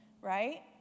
right